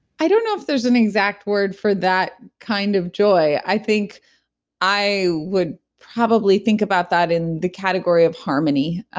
i don't know if there's an exact word for that kind of joy. i think i would probably think about that in the category of harmony,